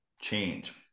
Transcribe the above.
change